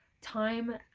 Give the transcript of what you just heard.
time